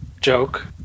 joke